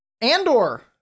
Andor